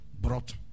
brought